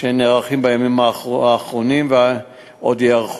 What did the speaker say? שנערכות בימים האחרונים ועוד ייערכו.